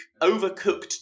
Overcooked